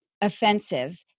offensive